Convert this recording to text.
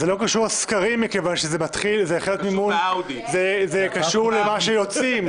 זה לא קשור לסקרים מכיוון שזה קשור לאיך שיוצאים,